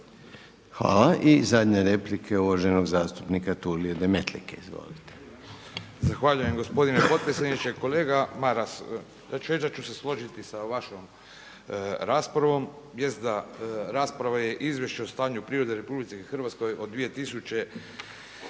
Hvala. I zadnja replika je uvaženog zastupnika Tulia Demetlike,